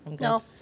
no